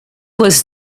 was